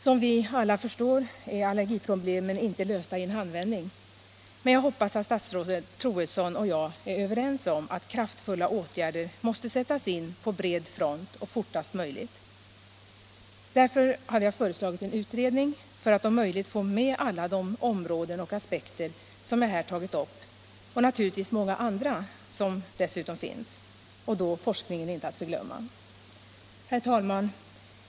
Som vi alla förstår är allergiproblemen inte lösta i en handvändning, men jag hoppas att statsrådet Troedsson och jag är överens om att kraftfulla åtgärder måste sättas in på bred front och fortast möjligt. Därför hade jag föreslagit en utredning för att om möjligt få med alla de områden och aspekter som jag här tagit upp och naturligtvis många andra som dessutom finns — och då forskningen inte att förglömma. Herr talman!